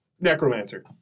necromancer